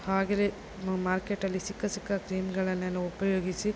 ಹಾಗೆ ಮಾರ್ಕೆಟಲ್ಲಿ ಸಿಕ್ಕ ಸಿಕ್ಕ ಕ್ರೀಮ್ಗಳನ್ನೆಲ್ಲ ಉಪಯೋಗಿಸಿ